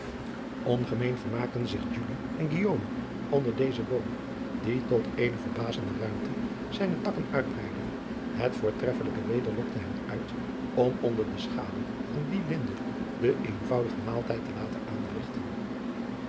ngemeen vermaakten zich en onder dezen boom die tot eene verba driaan oosjes zn et leven van aurits ijnslager zende ruimte zijne takken uitbreidde et voortreffelijke weder lokte hen uit om onder de schaduw van die inde den eenvoudigen maaltijd te laten aanrigten